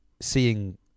seeing